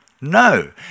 No